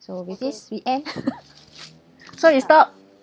so with this we end so we stopped